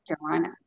Carolina